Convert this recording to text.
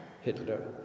Hitler